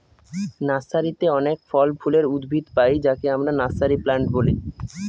নার্সারিতে অনেক ফল ফুলের উদ্ভিদ পাই যাকে আমরা নার্সারি প্লান্ট বলি